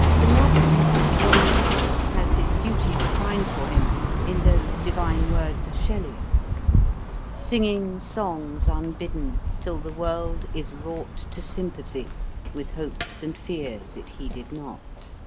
the novelist as prophet has his duty defined for him in those divine words of shelley's singing songs unbidden till the world is wrought to sympathy with hopes and fears it heeded not.